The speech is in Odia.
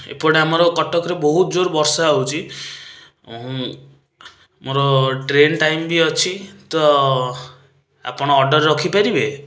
ଏପଟେ ଆମର କଟକରେ ବହୁତ ଜୋର ବର୍ଷା ହଉଛି ମୋର ଟ୍ରେନ୍ ଟାଇମ୍ ବି ଅଛି ତ ଆପଣ ଅର୍ଡ଼ର ରଖିପାରିବେ